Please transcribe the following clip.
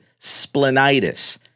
splenitis